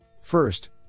First